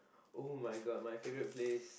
[oh]-my-god my favourite place